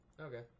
Okay